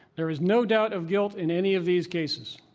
there is no doubt of guilt in any of these cases.